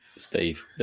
Steve